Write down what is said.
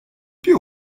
piv